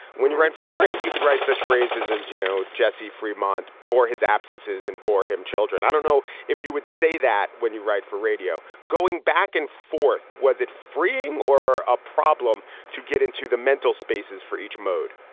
when you write for print, you could write such phrases as, you know, jessie fremont bore his absences and bore him children. i don't know. if you would say that when you write for radio going back and forth, was it freeing or a problem to get into the mental spaces for each mode?